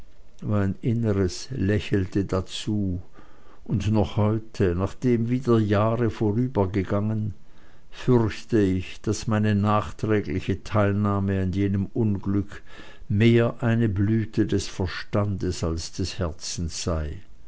mein inneres lächelte dazu und noch heute nachdem wieder jahre vorübergegangen fürchte ich daß meine nachträgliche teilnahme an jenem unglücke mehr eine blüte des verstandes als des herzens sei